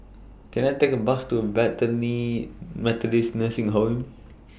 Can I Take A Bus to Bethany Methodist Nursing Home